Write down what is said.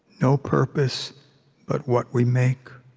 no purpose but what we make